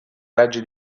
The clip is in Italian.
raggi